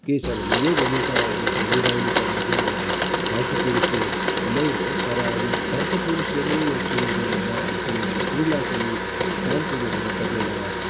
के छ भने यो भूमिका निभाउनु पर्ने चाहिँ एउटा घरको पुरुषले नै हो तर अब घरको पुरुषले नै यो कुरोहरूमा आफ्नो स्त्रीलाई पनि काम कुरोहरूमा पनि कतिवटा